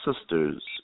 sisters